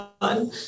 fun